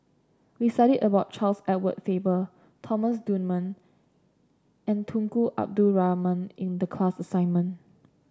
we studied about Charles Edward Faber Thomas Dunman and Tunku Abdul Rahman in the class assignment